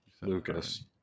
Lucas